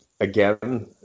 again